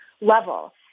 level